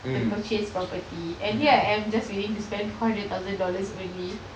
to purchase property and here I am just willing to spend four hundred thousand dollars only